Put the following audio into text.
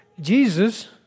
Jesus